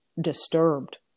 disturbed